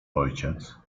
ojciec